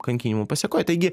kankinimų pasekoj taigi